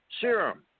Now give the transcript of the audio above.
serum